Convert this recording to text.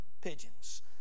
pigeons